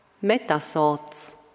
Meta-thoughts